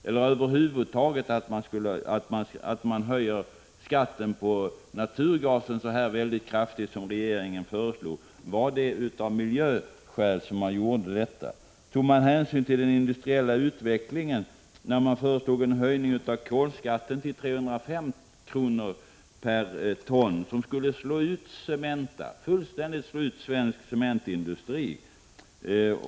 Eller att man över huvud taget skulle höja skatten på naturgasen så kraftigt som regeringen föreslog — var det av miljöskäl som man gjorde detta? Tog man hänsyn till den industriella utvecklingen när man föreslog en höjning av kolskatten till 305 kr. per ton, vilket skulle fullständigt slå ut svensk cementindustri?